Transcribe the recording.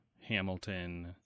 Hamilton